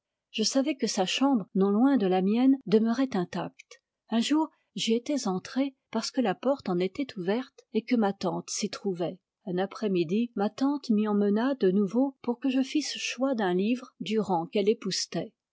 je savais que sa chambre non loin de la mienne demeurait intacte un jour j'y étais entré parce que la porte en était ouverte et que ma tante s'y trouvait un après-midi ma tante m'y emmena de nouveau pour que je fisse choix d'un livre durant qu'elle époussetait